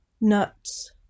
Nuts